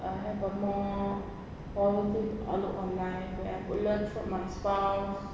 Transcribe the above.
uh have a more positive outlook on life where I could learn from my spouse